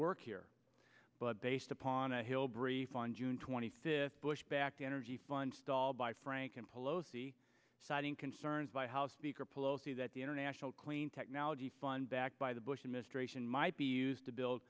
work here but based upon a hill brief on june twenty fifth bush backed energy fund stalled by frank and pelosi citing concerns by house speaker pelosi that the international clean technology fund backed by the bush administration might be used to build